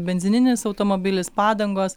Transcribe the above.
benzininis automobilis padangos